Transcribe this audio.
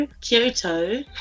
Kyoto